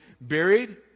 buried